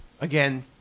Again